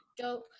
go